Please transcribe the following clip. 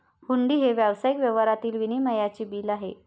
हुंडी हे व्यावसायिक व्यवहारातील विनिमयाचे बिल आहे